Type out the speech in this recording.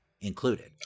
included